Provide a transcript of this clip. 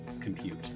compute